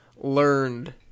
learned